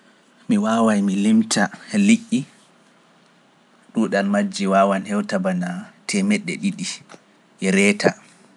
Mi waawaay mi limta liƴƴi ɗuuɗal majji wawa hewtaba na teemeɗe ɗiɗi reeta.